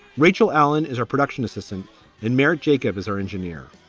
rachel allen is our production assistant and married jacob is our engineer.